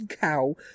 cow